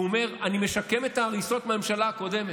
הוא אומר: אני משקם את ההריסות מהממשלה הקודמת.